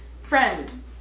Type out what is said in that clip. friend